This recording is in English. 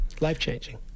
life-changing